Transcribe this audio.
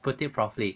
put it properly